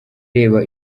reba